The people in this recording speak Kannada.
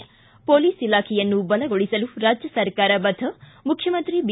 ಿ ಮೊಲೀಸ್ ಇಲಾಖೆಯನ್ನು ಬಲಗೊಳಿಸಲು ರಾಜ್ಯ ಸರ್ಕಾರ ಬದ್ದ ಮುಖ್ಯಮಂತ್ರಿ ಬಿ